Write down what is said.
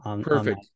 Perfect